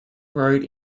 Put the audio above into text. road